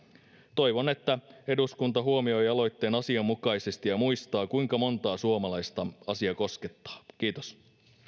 toivon että eduskunta huomioi aloitteen asianmukaisesti ja muistaa kuinka montaa suomalaista asia koskettaa kiitos